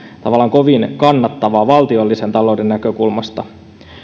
kovin kannattavaa valtiollisen talouden näkökulmasta